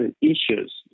issues